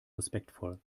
respektvoll